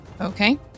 okay